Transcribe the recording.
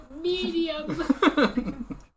Medium